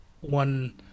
one